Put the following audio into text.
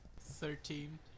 Thirteen